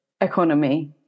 economy